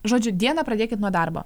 žodžiu dieną pradėkit nuo darbo